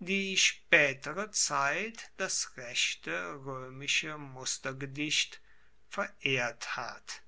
die spaetere zeit das rechte roemische mustergedicht verehrt hat